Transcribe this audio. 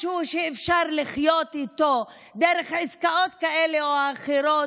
משהו שאפשר לחיות איתו דרך עסקאות כאלה או אחרות,